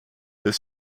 des